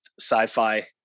sci-fi